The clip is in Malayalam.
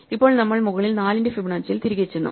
ഇപ്പോൾ നമ്മൾ മുകളിൽ 4 ന്റെ ഫിബനാച്ചിയിൽ തിരികെ ചെന്നു